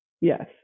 Yes